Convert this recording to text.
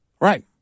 Right